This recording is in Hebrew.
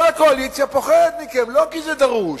כל הקואליציה פוחדת מכם, לא כי זה דרוש,